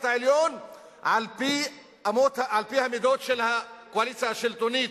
העליון על-פי המידות של הקואליציה השלטונית,